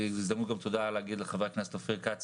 בהזדמנות זו אני רוצה גם להגיד תודה לחבר הכנסת אופיר כץ